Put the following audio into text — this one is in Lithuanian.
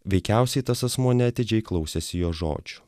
veikiausiai tas asmuo neatidžiai klausėsi jo žodžių